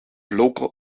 local